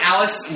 Alice